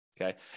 Okay